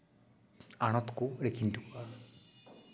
ᱟᱬᱚᱛ ᱠᱚ ᱨᱮᱠᱤᱱ ᱤᱫᱤ ᱦᱚᱴᱚ ᱠᱟᱜᱼᱟ